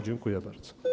Dziękuję bardzo.